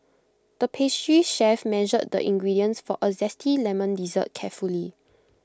the pastry chef measured the ingredients for A Zesty Lemon Dessert carefully